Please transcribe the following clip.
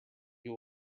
you